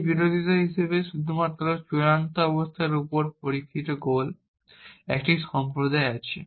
এই বিরোধিতা হিসাবে শুধুমাত্র চূড়ান্ত অবস্থার উপর পরীক্ষিত গোল একটি সম্প্রদায় আছে